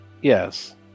Yes